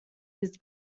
his